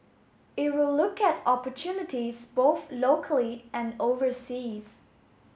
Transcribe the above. it will look at opportunities both locally and overseas